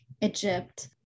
Egypt